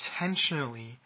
intentionally